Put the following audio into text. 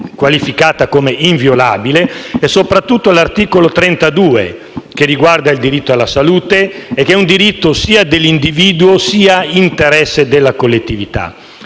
qualificata come inviolabile; soprattutto l'articolo 32 riguarda il diritto alla salute, inteso sia come diritto dell'individuo sia come interesse della collettività.